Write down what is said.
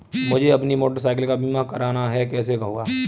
मुझे अपनी motorcycle का बीमा करना है कैसे होगा?